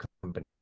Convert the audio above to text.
Company